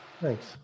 Thanks